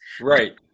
Right